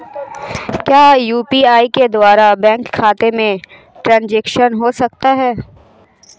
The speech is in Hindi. क्या यू.पी.आई के द्वारा बैंक खाते में ट्रैन्ज़ैक्शन हो सकता है?